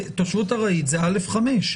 זה א5.